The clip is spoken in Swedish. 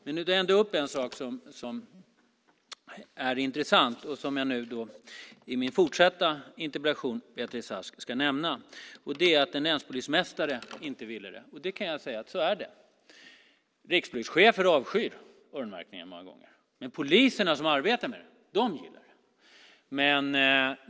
Det kom ändå upp en sak som är intressant och som jag i min fortsatta interpellationsdebatt med Beatrice Ask ska nämna, och det är att det var en länspolismästare som inte vill ha öronmärkning. Så är det. Rikspolischefer avskyr många gånger öronmärkningar, men poliserna som arbetar med brottsligheten gillar det.